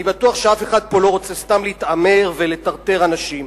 אני בטוח שאף אחד לא רוצה להתעמר ולטרטר אנשים.